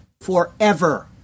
forever